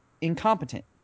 incompetent